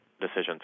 decisions